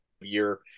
year